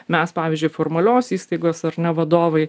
mes pavyzdžiui formalios įstaigos ar ne vadovai